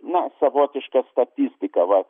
na savotiška statistika va